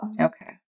Okay